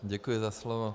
Děkuji za slovo.